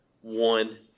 one